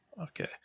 Okay